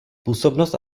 působnost